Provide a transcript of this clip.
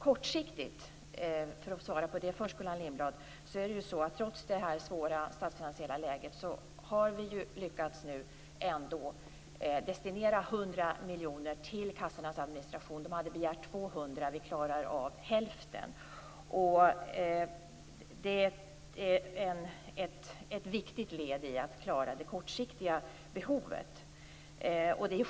Kortsiktigt, för att svara på det först, Gullan Lindblad, har vi ju trots det svåra statsfinansiella läget nu ändå lyckats destinera 100 miljoner kronor till kassornas administration. De hade begärt 200 miljoner. Vi klarar av hälften. Det är ett viktigt led i att klara det kortsiktiga behovet.